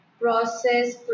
process